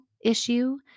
issue